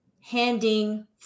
handing